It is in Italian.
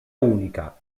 unica